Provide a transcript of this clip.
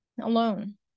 alone